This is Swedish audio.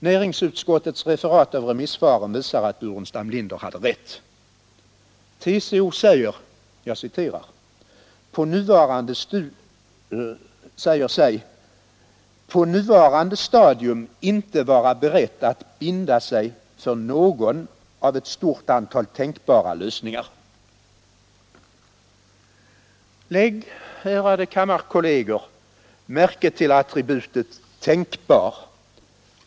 Näringsutskottets referat av remissvaren visar att herr Burenstam Linder hade alldeles rätt. TCO säger sig ”på nuvarande stadium inte vara berett att binda sig för någon av ett stort antal tänkbara lösningar”. Lägg, ärade kammarkolleger, märke till attributet ”tänkbara”.